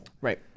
Right